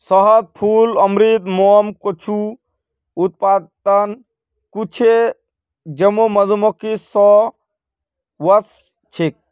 शहद, फूल अमृत, मोम कुछू उत्पाद छूके जेको मधुमक्खि स व स छेक